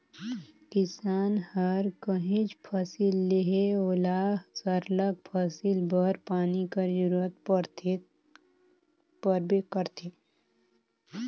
किसान हर काहींच फसिल लेहे ओला सरलग फसिल बर पानी कर जरूरत परबे करथे